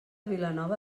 vilanova